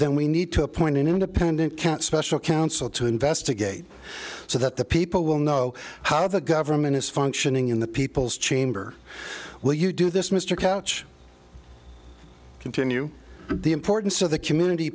then we need to appoint an independent cat special counsel to investigate so that the people will know how the government is functioning in the people's chamber will you do this mr couch continue the importance of the community